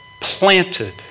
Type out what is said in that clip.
planted